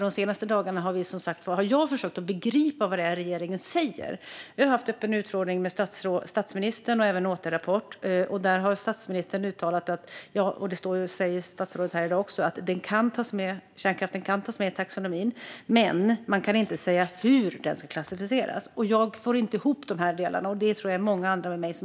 De senaste dagarna har jag försökt att begripa vad regeringen säger. Vi har haft en öppen utfrågning med statsministern och sedan en återrapport. Där har statsministern uttalat - vilket statsrådet säger här i dag också - att kärnkraften kan tas med i taxonomin, men man kan inte säga hur den ska klassificeras. Jag får inte ihop de delarna, och det tror jag gäller många andra med mig.